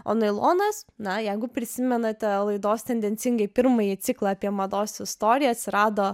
o nailonas na jeigu prisimenate laidos tendencingai pirmąjį ciklą apie mados istoriją atsirado